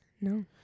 No